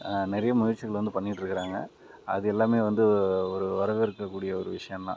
நிறைய முயற்சிகள் வந்து பண்ணிட்டு இருக்குறாங்க அது எல்லாமே வந்து ஒரு வரவேற்க கூடிய ஒரு விஷயம் தான்